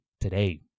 today